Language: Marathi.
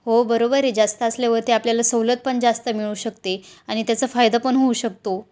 हो बरोबर आहे जास्त असल्यावर ते आपल्याला सवलत पण जास्त मिळू शकते आणि त्याचा फायदा पण होऊ शकतो